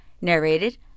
narrated